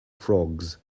frogs